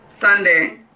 Sunday